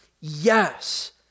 Yes